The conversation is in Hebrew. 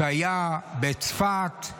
שהיה בצפת.